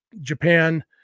Japan